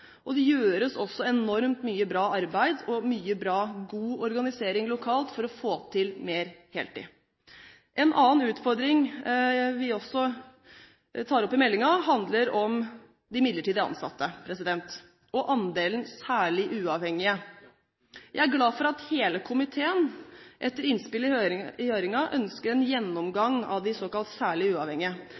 og det gjøres også enormt mye bra arbeid og mye god organisering lokalt for å få til mer heltid. En annen utfordring vi også tar opp i meldingen, handler om de midlertidig ansatte og andelen særlig uavhengige. Jeg er glad for at hele komiteen, etter innspill i høringen, ønsker en gjennomgang av de såkalt særlig uavhengige.